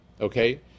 Okay